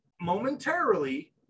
momentarily